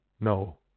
no